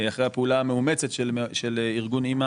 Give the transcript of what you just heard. אחרי הפעולה המאומצת של ארגון א.מ.א